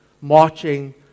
marching